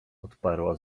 odparła